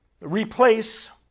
replace